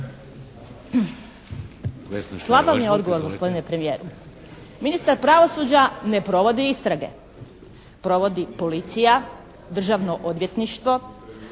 Slab vam je odgovor gospodine premijeru. Ministar pravosuđa ne provodi istrage. Provodi policija, Državno odvjetništvo.